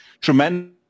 tremendous